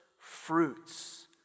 fruits